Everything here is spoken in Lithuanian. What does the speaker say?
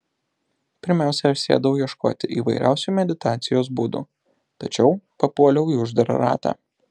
pirmiausia aš sėdau ieškoti įvairiausių meditacijos būdų tačiau papuoliau į uždarą ratą